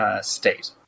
state